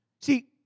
See